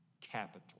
capital